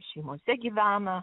šeimose gyvena